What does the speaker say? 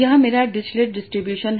यह मेरा Dirichlet distribution है